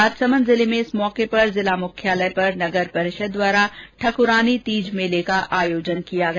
राजसमंद जिले में इस अवसर पर जिला मुख्यालय पर नगर परिषद द्वारा ठक्रानी तीज मेले का आयोजन किया गया